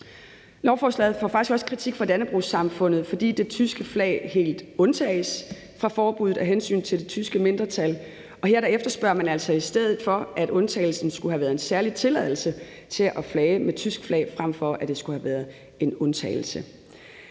Lovforslaget får faktisk også kritik fra Dannebrogs-Samfundet, fordi det tyske flag helt undtages fra forbuddet af hensyn til det tyske mindretal. Her efterspørger man altså i stedet for, at undtagelsen skulle have været en særlig tilladelse til at flage med tysk flag, frem for at det skulle have været en undtagelse.